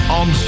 on